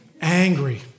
angry